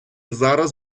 зараз